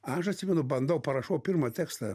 aš atsimenu bandau parašau pirmą tekstą